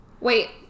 Wait